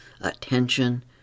attention